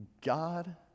God